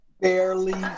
barely